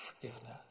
forgiveness